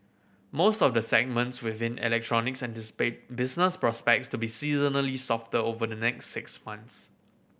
most of the segments within electronics anticipate business prospects to be seasonally softer over the next six months